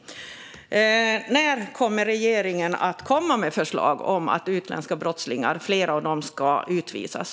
När kommer regeringen att komma med förslag om att fler utländska brottslingar ska utvisas?